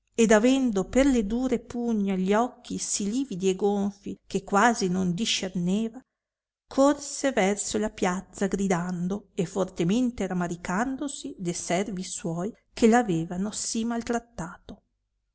ed avendo per le dure pugna gli occhi sì lividi e gonfi che quasi non discerneva corse verso la piazza gridando e fortemente ramaricandosi de servi suoi che avevano sì maltrattato